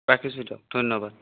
ৰাখিছো দিয়ক ধন্যবাদ